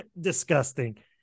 disgusting